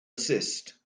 assist